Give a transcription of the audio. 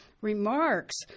remarks